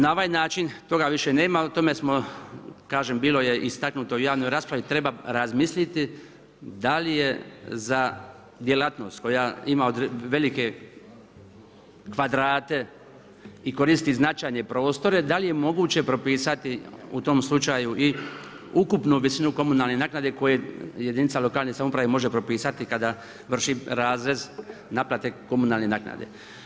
Na ovaj način toga više nema o tome smo kažem bilo je istaknuto u javnoj raspravi, treba razmisliti da li je za djelatnost koja ima velike kvadrate i koristi značajne prostore, da li je moguće propisati u tom slučaju i ukupnu visinu komunalne naknade koje jedinica lokalne samouprave može propisati kada vrši razrez naplate komunalne naknade.